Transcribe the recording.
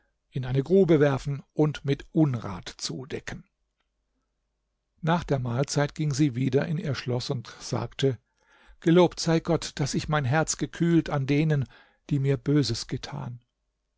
in eine grube werfen und mit unrat zudecken nach der mahlzeit ging sie wieder in ihr schloß und sagte gelobt sei gott daß ich mein herz gekühlt an denen die mir böses getan